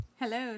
Hello